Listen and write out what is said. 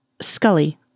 Scully